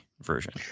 version